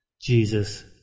Jesus